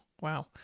Wow